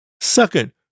Second